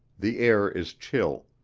the air is chill.